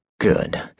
Good